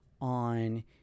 on